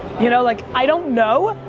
you know like i don't know,